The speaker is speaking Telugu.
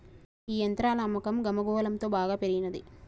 గీ యంత్రాల అమ్మకం గమగువలంతో బాగా పెరిగినంది